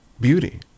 beauty